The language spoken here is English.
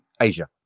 asia